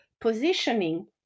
positioning